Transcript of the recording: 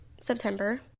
September